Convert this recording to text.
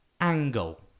Angle